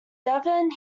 devon